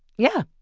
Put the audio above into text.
yeah.